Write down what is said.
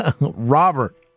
Robert